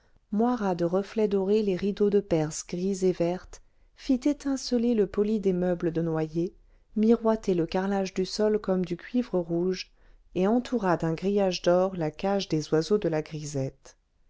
moira de reflets dorés les rideaux de perse grise et verte fit étinceler le poli des meubles de noyer miroiter le carrelage du sol comme du cuivre rouge et entoura d'un grillage d'or la cage des oiseaux de la grisette